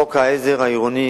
חוק העזר העירוני,